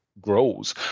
grows